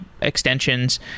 extensions